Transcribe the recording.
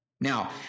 Now